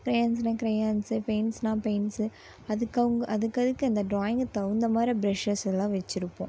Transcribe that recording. கிரெயான்ஸுனால் crayons பெயிண்ட்ஸ்னால் paints அதுக்கு அவங்க அதுக்கதுக்கு அந்த டிராயிங்கு தகுந்த மாரி பிரெஷ்ஷஸ் எல்லாம் வச்சிருப்போம்